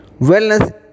Wellness